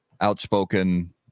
outspoken